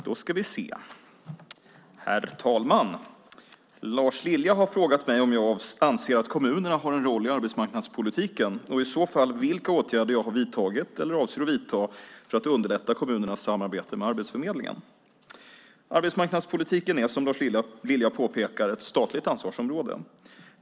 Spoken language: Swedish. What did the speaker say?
Herr talman! Lars Lilja har frågat mig om jag anser att kommunerna har en roll i arbetsmarknadspolitiken och i så fall vilka åtgärder jag har vidtagit eller avser att vidta för att underlätta kommunernas samarbete med Arbetsförmedlingen. Arbetsmarknadspolitiken är som Lars Lilja påpekar ett statligt ansvarsområde.